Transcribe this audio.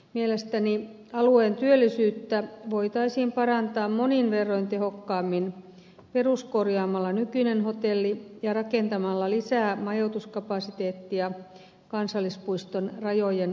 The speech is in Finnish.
mielestäni alueen työllisyyttä voitaisiin parantaa monin verroin tehokkaammin peruskorjaamalla nykyinen hotelli ja rakentamalla lisää majoituskapasiteettia kansallispuiston rajojen ulkopuolelle